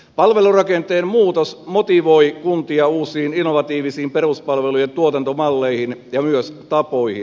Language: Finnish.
palvelurakenteen muutos motivoi kuntia uusiin innovatiivisiin peruspalvelujen tuotantomalleihin ja myös tapoihin